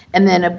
and then, ah